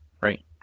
Right